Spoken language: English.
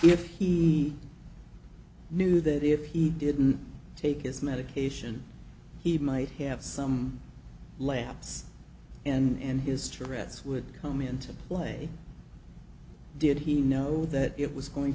if he knew that if he didn't take his medication he might have some laughs and his tourette's would come into play did he know that it was going